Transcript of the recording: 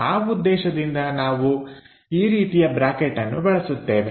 ಆ ಉದ್ದೇಶದಿಂದ ನಾವು ಈ ರೀತಿಯ ಬ್ರಾಕೆಟ್ ಅನ್ನು ಬಳಸುತ್ತೇವೆ